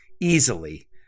easily